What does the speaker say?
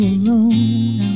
alone